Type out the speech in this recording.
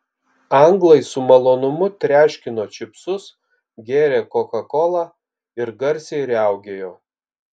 anglai su malonumu treškino čipsus gėrė kokakolą ir garsiai riaugėjo